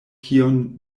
kion